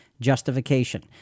justification